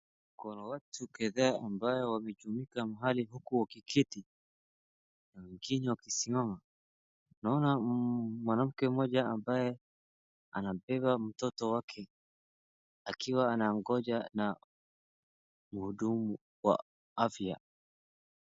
Kuna watu kadhaa ambao wamejumuika mahali huku wakiketi wengine wakisimama, naona mwanamke mmoja ambaye anabeba mtoto wake akiwa anangoja na mhudumu wa afya.